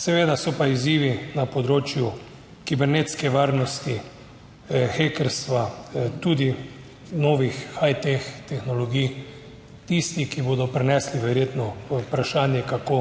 Seveda so pa izzivi na področju kibernetske varnosti, hekerstva, tudi novih High Tech tehnologij, tistih, ki bodo prinesli verjetno vprašanje kako